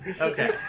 Okay